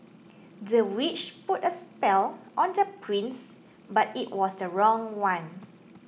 the witch put a spell on the prince but it was the wrong one